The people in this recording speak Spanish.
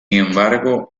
embargo